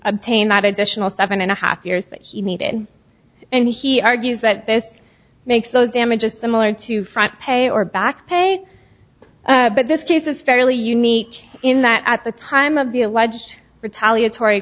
obtain that additional seven and a half years that he needed and he argues that this makes those damages similar to front pay or back pay but this case is fairly unique in that at the time of the alleged retaliatory